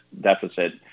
deficit